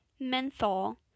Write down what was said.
menthol